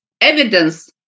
evidence